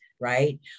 right